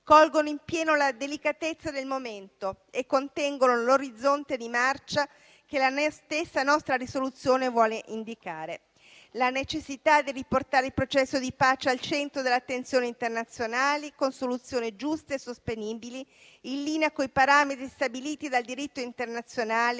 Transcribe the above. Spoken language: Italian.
colgono in pieno la delicatezza del momento e contengono l'orizzonte di marcia che la nostra stessa mozione vuole indicare. La necessità di riportare il processo di pace al centro dell'attenzione internazionale, con soluzioni giuste e sostenibili, in linea coi parametri stabiliti dal diritto internazionale